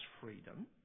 freedom